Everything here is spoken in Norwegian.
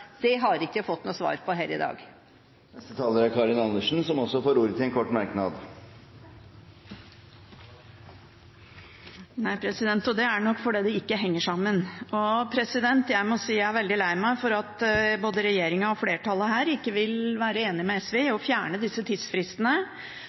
Det har jeg ikke fått noe svar på her i dag. Representanten Karin Andersen har hatt ordet to ganger tidligere og får ordet til en kort merknad, begrenset til 1 minutt. Til Grenis kommentar: Nei, og det er nok fordi det ikke henger sammen. Jeg må si jeg er veldig lei meg for at verken regjeringen eller flertallet her vil være enig med SV